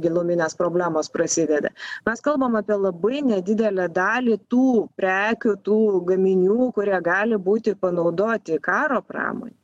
giluminės problemos prasideda mes kalbam apie labai nedidelę dalį tų prekių tų gaminių kurie gali būti panaudoti karo pramonei